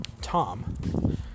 tom